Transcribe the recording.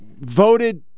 voted